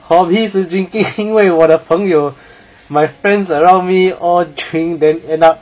一直 drinking 因为我的朋友 my friends around me all drink then end up